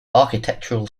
architectural